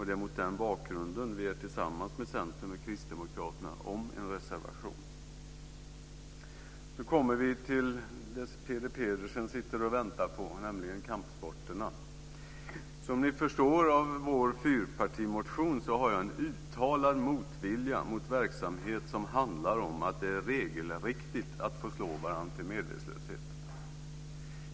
Det är mot den bakgrunden som vi har gått samman med Centern och Kristdemokraterna om en reservation. Så kommer vi till det Peter Pedersen sitter och väntar på, nämligen kampsporterna. Som ni förstår av vår fyrpartimotion har jag en uttalad motvilja mot verksamhet som handlar om att det är regelriktigt att få slå varandra till medvetslöshet.